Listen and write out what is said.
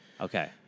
Okay